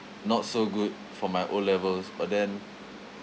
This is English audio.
not so good for my O levels but then